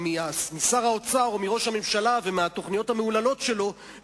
משר האוצר או מראש הממשלה ומהתוכניות המהוללות שלו,